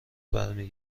برمی